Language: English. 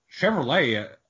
Chevrolet